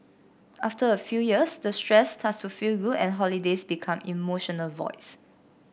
after a few years the stress starts to feel good and holidays become emotional voids